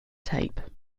tape